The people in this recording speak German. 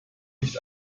nicht